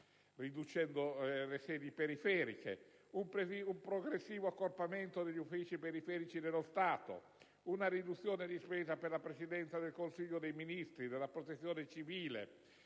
politici ministeriali; un progressivo accorpamento degli uffici periferici dello Stato; una riduzione di spesa per la Presidenza del Consiglio dei ministri e della Protezione civile,